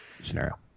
scenario